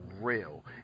real